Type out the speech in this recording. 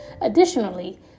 Additionally